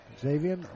Xavier